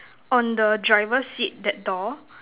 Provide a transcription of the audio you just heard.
on the driver seat that door